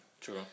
True